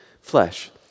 flesh